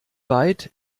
weit